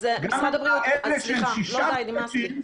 וגם השישה מפרטים,